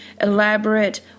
elaborate